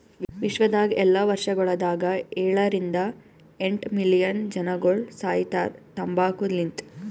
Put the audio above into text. ವಿಶ್ವದಾಗ್ ಎಲ್ಲಾ ವರ್ಷಗೊಳದಾಗ ಏಳ ರಿಂದ ಎಂಟ್ ಮಿಲಿಯನ್ ಜನಗೊಳ್ ಸಾಯಿತಾರ್ ತಂಬಾಕು ಲಿಂತ್